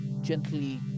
gently